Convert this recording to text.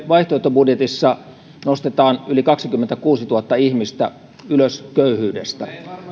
vaihtoehtobudjetissa nostetaan yli kaksikymmentäkuusituhatta ihmistä ylös köyhyydestä